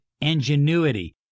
ingenuity